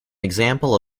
example